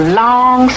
long